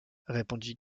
répondit